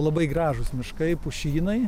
labai gražūs miškai pušynai